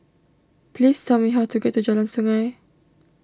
please tell me how to get to Jalan Sungei